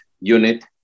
unit